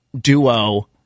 duo